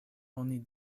oni